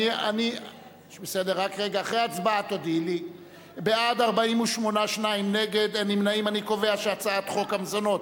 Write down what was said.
ההצעה להעביר את הצעת חוק המזונות